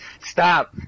stop